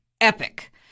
epic